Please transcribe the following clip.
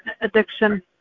addiction